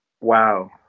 Wow